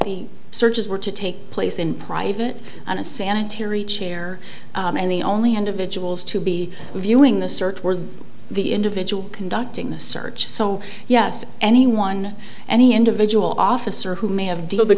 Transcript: the searches were to take place in private on a sanitary chair and the only individuals to be viewing the search were the individual conducting the search so yes anyone any individual officer who may have deal